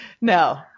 no